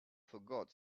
forgot